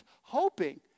hoping